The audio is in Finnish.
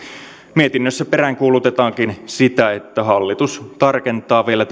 mietinnössä peräänkuulutetaankin sitä että hallitus tarkentaa vielä